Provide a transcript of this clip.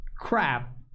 crap